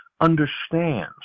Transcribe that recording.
understands